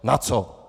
Na co?